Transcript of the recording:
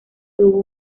tuvo